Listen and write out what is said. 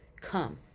Come